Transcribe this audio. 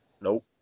Nope